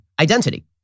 identity